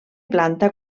planta